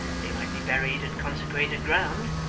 they might be buried in consecrated ground,